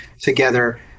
together